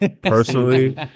personally